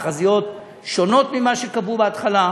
התחזיות שונות ממה שקבעו בהתחלה?